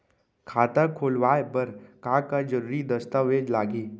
खाता खोलवाय बर का का जरूरी दस्तावेज लागही?